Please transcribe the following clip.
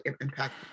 impact